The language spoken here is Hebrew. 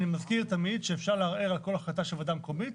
אני מזכיר שאפשר לערער על כל החלטה של ועדה מקומית,